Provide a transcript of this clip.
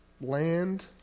land